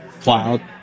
cloud